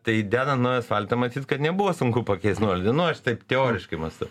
tai dedant naują asfaltą matyt kad nebuvo sunku pakeist nuolydį nu aš taip teoriškai mąstau